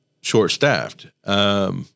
short-staffed